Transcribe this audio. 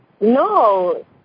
No